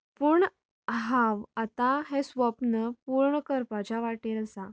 पूण हांव आतां हें स्वप्न पुर्ण करपाच्या वाटेर आसा